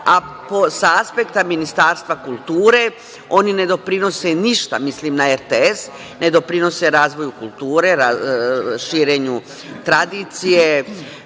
a sa aspekta Ministarstva kulture oni ne doprinose ništa, mislim na RTS, ne doprinose razvoju kulture, širenju tradicije,